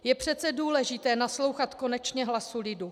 Je přece důležité naslouchat konečně hlasu lidu.